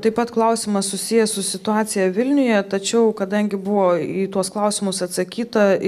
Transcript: taip pat klausimas susijęs su situacija vilniuje tačiau kadangi buvo į tuos klausimus atsakyta